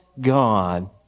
God